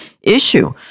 issue